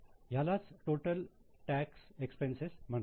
ह्यालाच total tax expenses म्हणतात